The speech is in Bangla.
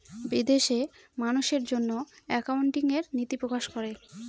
বিদেশে মানুষের জন্য একাউন্টিং এর নীতি প্রকাশ করে